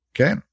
Okay